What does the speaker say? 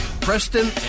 preston